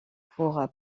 pour